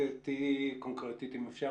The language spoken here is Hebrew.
תהיי קונקרטית אם אפשר.